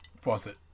faucet